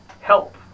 help